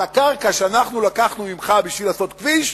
על הקרקע שאנחנו לקחנו ממך בשביל לעשות כביש,